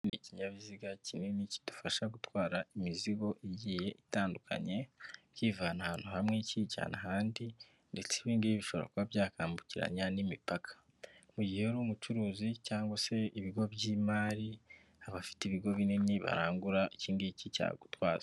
Iki ni ikinyabiziga kinini kidufasha gutwara imizigo igiye itandukanye, kiyivana ahantu hamwe kiyijyana ahandi, ndetse ibingibi bishobora kuba byakwambukiranya n'imipaka, mu gihe rero uri umucuruzi cyangwa se ibigo by'imari, abafite ibigo binini, iki cyagutwaza.